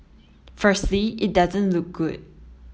firstly it doesn't look good